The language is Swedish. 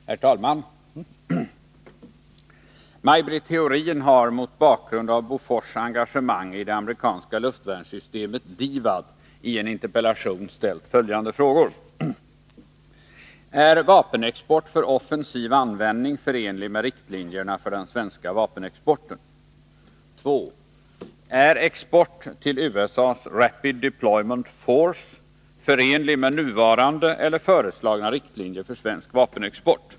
Herr talman! Maj Britt Theorin har mot bakgrund av Bofors engagemang i det amerikanska luftvärnssystemet i en interpellation ställt följande frågor: 1. Är vapenexport för offensiv användning förenlig med riktlinjerna för den svenska vapenexporten? 2. Är export till USA:s Rapid Deployment Force förenlig med nuvarande eller föreslagna riktlinjer för svensk vapenexport?